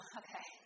okay